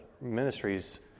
ministries